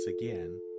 again